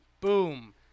Boom